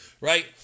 right